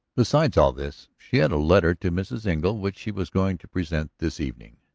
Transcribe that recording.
besides all this she had a letter to mrs. engle which she was going to present this evening.